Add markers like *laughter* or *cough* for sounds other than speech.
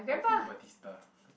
Taufik-Batistah *breath*